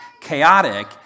chaotic